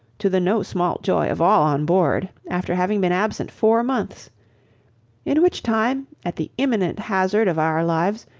to the no small joy of all on board, after having been absent four months in which time, at the imminent hazard of our lives,